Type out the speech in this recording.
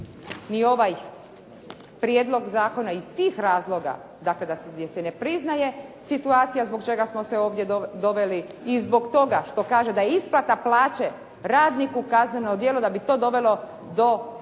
ni ovaj prijedlog zakona iz tih razloga, dakle gdje se ne priznaje situacija zbog čega smo e ovdje doveli i zbog toga što kaže da je isplata plaće radniku kazneno djelo da bi to dovelo do pravne